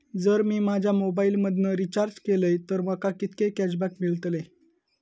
जर मी माझ्या मोबाईल मधन रिचार्ज केलय तर माका कितके कॅशबॅक मेळतले?